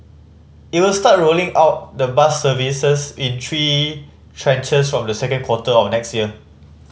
it will start rolling out the bus services in three tranches from the second quarter of next year